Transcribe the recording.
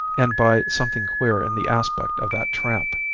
and by something queer in the aspect of that tramp,